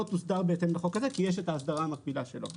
תוסדר בהתאם לחוק הזה כי יש ההסדרה המקבילה שלו.